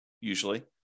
usually